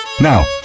Now